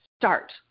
start